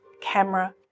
camera